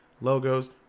logos